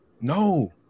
No